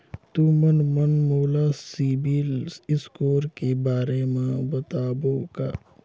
तुमन मन मोला सीबिल स्कोर के बारे म बताबो का?